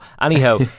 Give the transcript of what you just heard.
Anyhow